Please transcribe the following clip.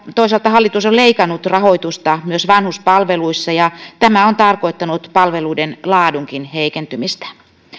toisaalta hallitus on leikannut rahoitusta myös vanhuspalveluista ja tämä on tarkoittanut palveluiden laadunkin heikentymistä